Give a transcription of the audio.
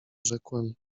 rzekłem